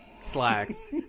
slacks